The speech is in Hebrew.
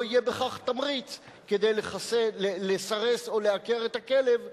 לא יהיה בכך תמריץ כדי לסרס או לעקר את הכלב,